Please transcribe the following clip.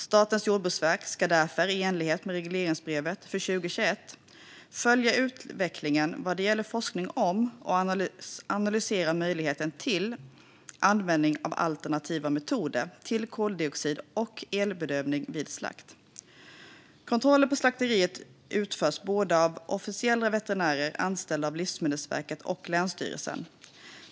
Statens jordbruksverk ska därför, i enligt med regleringsbrevet för 2021, följa utvecklingen vad gäller forskning om och analysera möjligheten till användning av alternativa metoder till koldioxid och elbedövning vid slakt. Kontroller på slakterier utförs av officiella veterinärer anställda av Livsmedelsverket och länsstyrelsen.